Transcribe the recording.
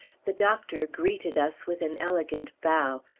the doctor greeted us with an elegant bow,